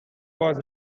was